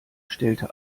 stellte